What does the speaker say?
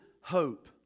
hope